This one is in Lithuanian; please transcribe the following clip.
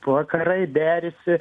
vakarai derisi